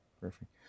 Perfect